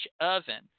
oven